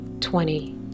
twenty